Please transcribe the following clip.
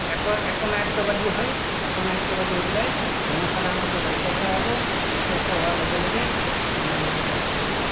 এক একো নায়কত্যবাদী হয় একনায়কত্যবাদী হৈ পেলাই জনসাধাৰণ ওপৰত অত্যাচাৰ হ'ব অত্যাচাৰ হোৱাৰ লগে লগে মানে